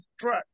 truck